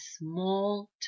small